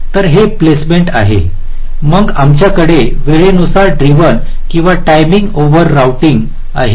तर हे प्लेसमेंट आहे मग आमच्याकडे वेळेनुसार ड्रिव्हन किंवा टाईमिंग आवर रोऊटिंग आहे